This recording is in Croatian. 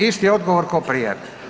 Isti odgovor ko prije.